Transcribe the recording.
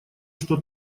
что